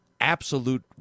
absolute